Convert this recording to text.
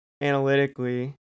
analytically